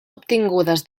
obtingudes